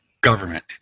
Government